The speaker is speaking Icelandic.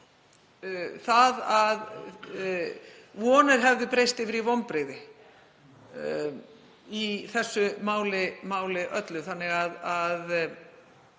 það að vonir hefðu breyst yfir í vonbrigði í þessu máli öllu. Það